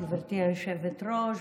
גברתי היושבת-ראש,